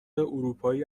اروپایی